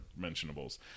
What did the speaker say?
mentionables